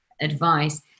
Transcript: advice